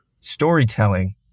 storytelling